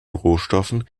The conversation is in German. rohstoffen